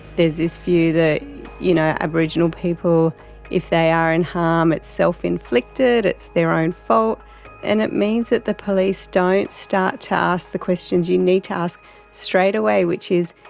there's this view that you know aboriginal people if they are in harm, it's self-inflicted, it's their own fault and it means that the police don't start to ask the questions you need to ask straight away which is,